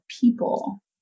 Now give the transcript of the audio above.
people